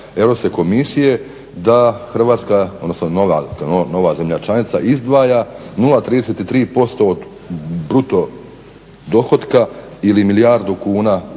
Europske komisije da Hrvatska odnosno nova zemlja članica izdvaja 0,33% od bruto dohotka ili milijardu kuna